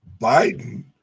Biden